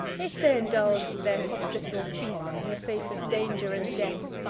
if they indulged their hospitable feasts in the face of danger and death,